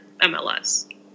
MLS